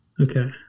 Okay